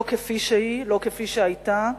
לא כפי שהיא, לא כפי שהיתה,